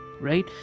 right